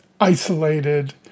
isolated